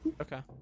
Okay